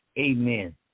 amen